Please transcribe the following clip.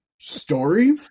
story